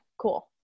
Cool